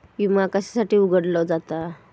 विमा कशासाठी उघडलो जाता?